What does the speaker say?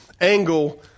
angle